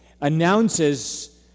announces